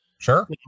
Sure